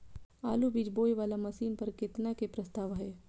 आलु बीज बोये वाला मशीन पर केतना के प्रस्ताव हय?